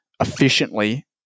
efficiently